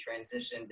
transitioned